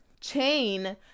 chain